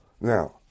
Now